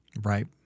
Right